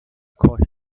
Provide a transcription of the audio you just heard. called